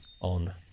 on